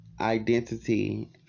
Identity